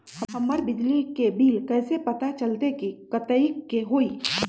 हमर बिजली के बिल कैसे पता चलतै की कतेइक के होई?